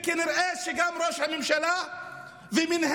וכנראה שגם ראש הממשלה ומינהלת